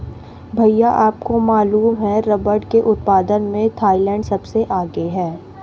भैया आपको मालूम है रब्बर के उत्पादन में थाईलैंड सबसे आगे हैं